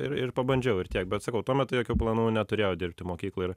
ir ir pabandžiau ir tiek bet sakau tuo metu jokių planų neturėjau dirbti mokykloj ir